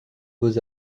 beaux